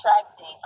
attracting